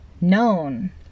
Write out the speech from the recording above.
known